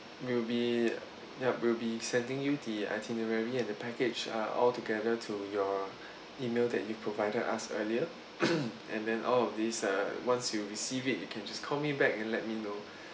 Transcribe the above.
we'll be yup we'll be sending you the itinerary and the package uh altogether to your email that you provided us earlier and then all of this uh once you receive it you can just call me back and let me know